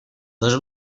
les